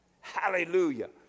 hallelujah